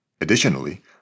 Additionally